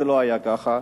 זה לא היה ככה.